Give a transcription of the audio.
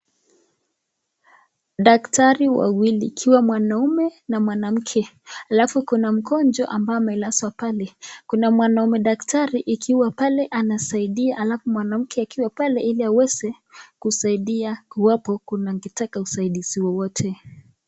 Daktari wawili ikiwa mwanaume na mwanamke alafu kuna mgonjwa ambaye amelazwa pale. Kuna mwanaume daktari ikiwa pale anasaidia alafu mwanamke akiwa pale ili aweze kusaidia iwapo akitaka usaidizi wowote.